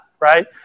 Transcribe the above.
right